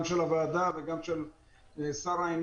שלום לכולם,